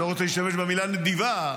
לא רוצה להשתמש במילה נדיבה,